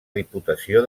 diputació